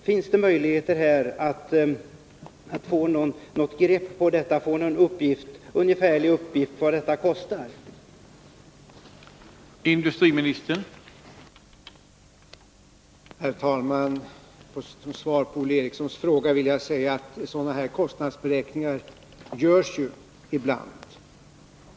Finns det möjligheter att få något grepp om detta och få fram någon ungefärlig uppgift på vilka kostnader det kan röra sig om i de här fallen.